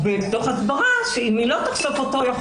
מתוך הבנה שאם היא לא תחשוף אותו יכול